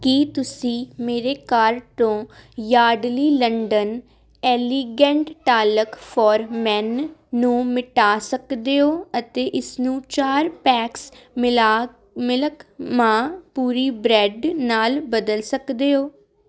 ਕੀ ਤੁਸੀਂ ਮੇਰੇ ਕਾਰਟ ਤੋਂ Yardley London elegant talc for men ਨੂੰ ਮਿਟਾ ਸਕਦੇ ਹੋ ਅਤੇ ਇਸਨੂੰ ਚਾਰ ਪੈਕਸ ਮਿਲਾਕ ਮਿਲਕ ਮਾ ਭੂਰੀ ਬ੍ਰੈੱਡ ਨਾਲ ਬਦਲ ਸਕਦੇ ਹੋ